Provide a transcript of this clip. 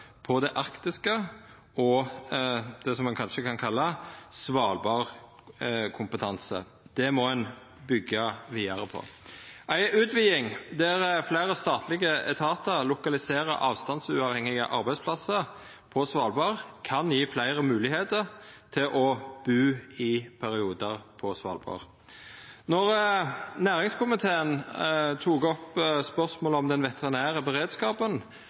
på det arktiske – og det ein kanskje kan kalla Svalbard-kompetanse. Det må ein byggja vidare på. Ei utviding der fleire statlege etatar lokaliserer avstandsuavhengige arbeidsplassar på Svalbard, kan gje fleire moglegheiter til i periodar å bu på Svalbard. Då næringskomiteen tok opp spørsmålet om den veterinære beredskapen,